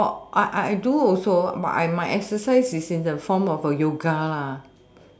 I I I do also but I my exercise is in the form of a yoga lah